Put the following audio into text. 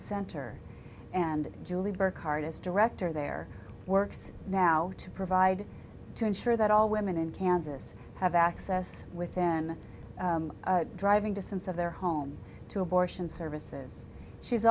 center and julie burckhardt is director there works now to provide to ensure that all women in kansas have access within driving distance of their home to abortion services she's